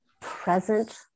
present